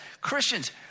Christians